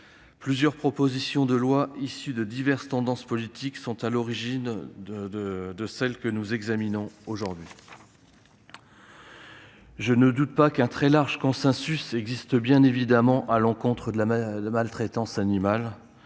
Plusieurs propositions de loi émanant de diverses tendances politiques sont à l'origine du texte que nous examinons aujourd'hui. Je ne doute pas qu'un très large consensus existe bien évidemment à l'encontre de la maltraitance animale.